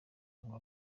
ngo